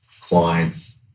clients